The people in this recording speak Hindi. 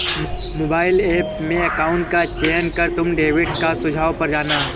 मोबाइल ऐप में अकाउंट का चयन कर तुम डेबिट कार्ड सुझाव पर जाना